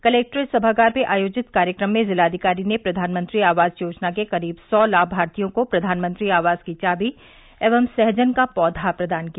collectorate सभागार में आयोजित कार्यक्रम में जिलाधिकारी ने प्रधानमंत्री आवास योजना के करीब सौ लामार्थियों को प्रधानमंत्री आवास की चाबी एवं सहजन का पौधा प्रदान किया